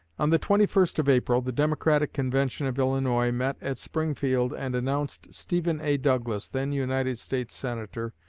on the twenty first of april the democratic convention of illinois met at springfield and announced stephen a. douglas, then united states senator,